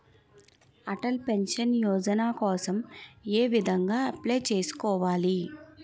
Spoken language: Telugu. అటల్ పెన్షన్ యోజన కోసం ఏ విధంగా అప్లయ్ చేసుకోవాలి?